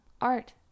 art